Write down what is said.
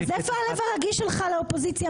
אז איפה הלב הרגיש שלך לאופוזיציה,